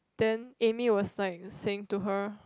then Amy was like saying to her